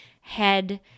head